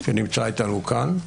שנמצא איתנו כאן.